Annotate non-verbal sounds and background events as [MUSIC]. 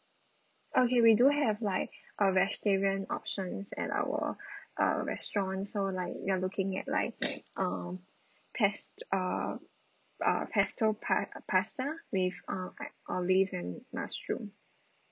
okay we do have like a vegetarian options at our uh restaurant so like you're looking at like [BREATH] um pes~ uh uh pesto pa~ pasta with uh a~ olives and mushroom